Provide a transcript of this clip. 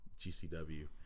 GCW